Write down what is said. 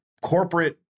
corporate